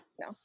No